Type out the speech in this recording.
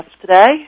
today